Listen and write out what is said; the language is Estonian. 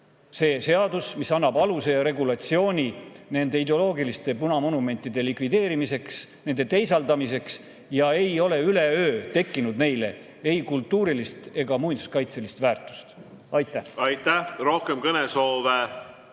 see seadus, mis annab aluse ja regulatsiooni nende ideoloogiliste punamonumentide likvideerimiseks, nende teisaldamiseks. Ei ole üleöö tekkinud neile ei kultuurilist ega muinsuskaitselist väärtust. Aitäh! Aitäh! Rohkem kõnesoove